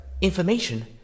Information